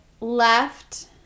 left